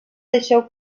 deixeu